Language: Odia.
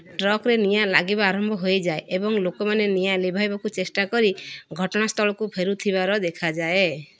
ଟ୍ରକ୍ରେ ନିଆଁ ଲାଗିବା ଆରମ୍ଭ ହୋଇଯାଏ ଏବଂ ଲୋକମାନେ ନିଆଁ ଲିଭାଇବାକୁ ଚେଷ୍ଟା କରି ଘଟଣାସ୍ଥଳକୁ ଫେରୁଥିବାର ଦେଖାଯାଏ